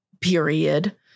period